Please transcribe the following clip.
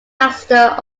master